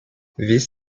this